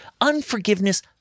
Unforgiveness